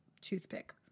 toothpick